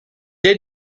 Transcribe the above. est